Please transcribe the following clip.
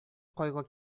кайгы